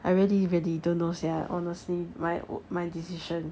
I really really don't know sia I honestly my w~ my decision